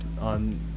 on